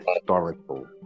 historical